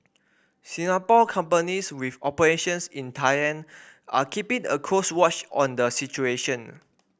Singapore companies with operations in Thailand are keeping a close watch on the situation